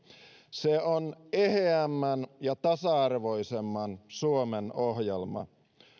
se on eheämmän ja tasa arvoisemman suomen ohjelma